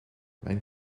mijn